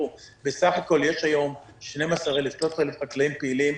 בסך הכול יש היום 12,000 13,000 חקלאים פעילים.